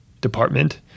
department